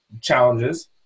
challenges